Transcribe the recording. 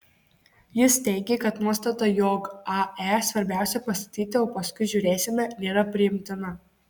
jis teigė kad nuostata jog ae svarbiausia pastatyti o paskui žiūrėsime nėra priimtina